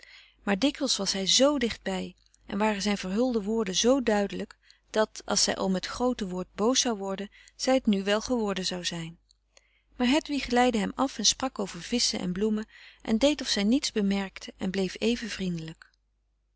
maar dikwijls was hij z dichtbij en waren zijn verhulde woorden zoo duidelijk dat als zij om het groote woord boos zou worden zij het nu wel geworden zou zijn maar hedwig leidde hem af en sprak over visschen en bloemen en deed of zij niets bemerkte en bleef even vriendelijk